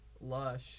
Lush